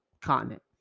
continent